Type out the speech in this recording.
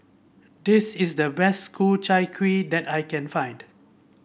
this is the best Ku Chai Kuih that I can find